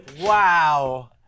Wow